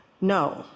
No